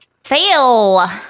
Fail